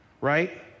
right